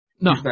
No